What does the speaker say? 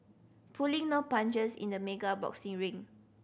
pulling no punches in the mega boxing ring